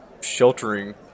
sheltering